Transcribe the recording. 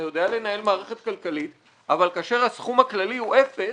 אתה יודע לנהל מערכת כלכלית אבל כאשר הסכום הכללי הוא אפס,